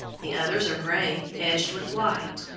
the others are grey, edged with white.